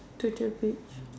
to the beach